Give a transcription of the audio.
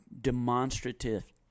demonstrative